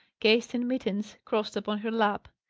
cased in mittens, crossed upon her lap.